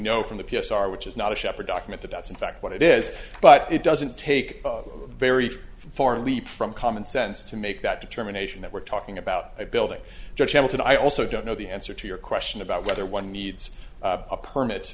know from the p s r which is not a shepherd document that that's in fact what it is but it doesn't take a very far leap from common sense to make that determination that we're talking about a building josh hamilton i also don't know the answer to your question about whether one needs a permit